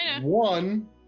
one